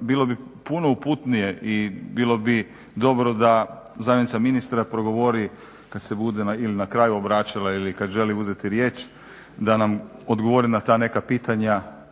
bilo bi puno uputnije i bilo bi dobro da zamjenica ministra progovori kad se bude ili na kraju obraćala ili kada želi uzeti riječ, da nam odgovori na ta neka pitanja